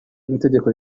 itegeko